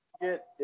get